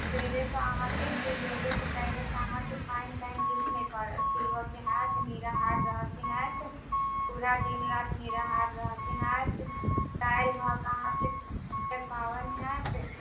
सबेरेसँ अहाँके सूर्योदयसँ पहिले अहाँके पानि तानि किछु नहि पीबऽके हैत निराहार रहऽके हैत पूरा दिन राति निराहार रहऽके हैत काल्हि भऽ के अहाँके फेर पारन हैत